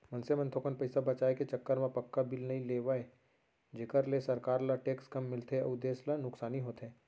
मनसे मन थोकन पइसा बचाय के चक्कर म पक्का बिल नइ लेवय जेखर ले सरकार ल टेक्स कम मिलथे अउ देस ल नुकसानी होथे